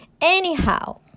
Anyhow